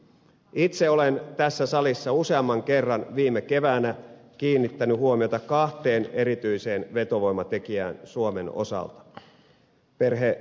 itse olen tässä salissa useamman kerran viime keväänä kiinnittänyt huomiota kahteen erityiseen vetovoimatekijään suomen osalta perheenyhdistämisasioissa